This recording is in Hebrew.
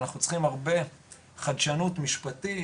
אנחנו צריכים הרבה חדשנות משפטית,